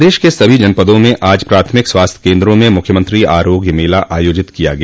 प्रदेश के सभी जनपदों में आज प्राथमिक स्वास्थ्य केन्द्रों में मुख्यमंत्री आरोग्य मेला आयोजित किया गया